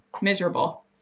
miserable